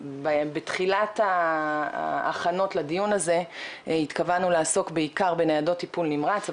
בתחילת ההכנות לדיון הזה התכוונו לעסוק בעיקר בניידות טיפול נמרץ,